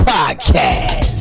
Podcast